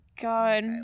God